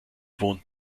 wohnt